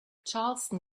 charleston